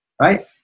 Right